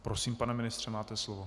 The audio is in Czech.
Prosím, pane ministře, máte slovo.